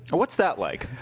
what's that like?